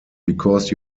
because